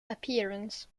appearance